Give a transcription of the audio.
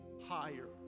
higher